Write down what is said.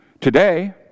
Today